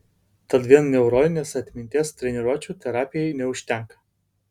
tad vien neuroninės atminties treniruočių terapijai neužtenka